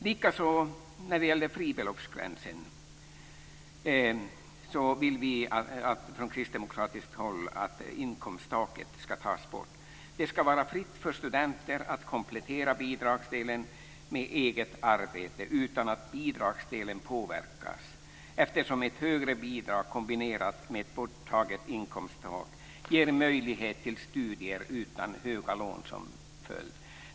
Likaså när det gäller fribeloppsgränsen vill vi från kristdemokraterna att inkomsttaket ska tas bort. Det ska vara fritt för studenter att komplettera bidragsdelen med eget arbete utan att den påverkas, eftersom ett högre bidrag kombinerat med borttaget inkomsttak ger möjlighet till studier utan stora lån som följd.